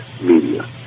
media